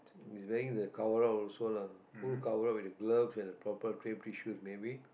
he's wearing the coverall also lah full coverall with the gloves and a proper tissues maybe